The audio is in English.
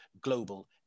global